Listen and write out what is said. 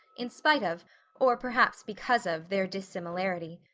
in spite of or perhaps because of their dissimilarity.